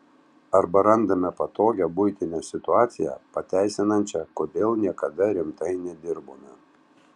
arba randame patogią buitinę situaciją pateisinančią kodėl niekada rimtai nedirbome